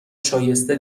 شایسته